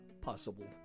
possible